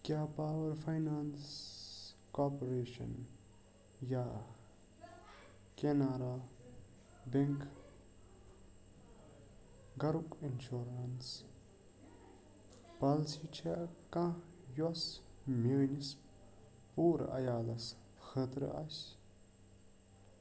کیٛاہ power finance corporation یا Canara bank گَرُک اِنشورنس انشورنس پالسی چھا کانٛہہ یۄس میٲنِس پوٗرٕ عیالَس خٲطرٕ آسہِ